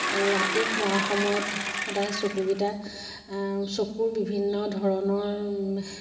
আৰু ৰাতি শোৱাৰ সময়ত সদায় চকুকেইটা চকুৰ বিভিন্ন ধৰণৰ